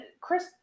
Chris